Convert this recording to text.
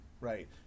right